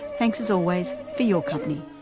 thanks as always for your company